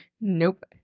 nope